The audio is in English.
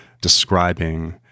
describing